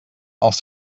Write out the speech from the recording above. els